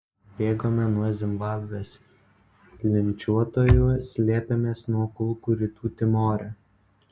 bėgome nuo zimbabvės linčiuotojų slėpėmės nuo kulkų rytų timore